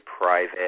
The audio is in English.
private